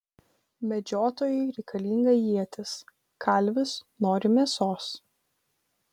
medžiotojui reikalinga ietis kalvis nori mėsos